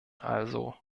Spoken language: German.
also